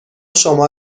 شما